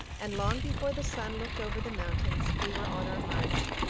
and long before the sun looked over the mountains we were on our march.